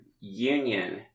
union